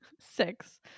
six